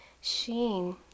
sheen